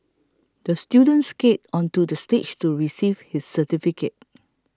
the student skated onto the stage to receive his certificate